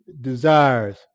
desires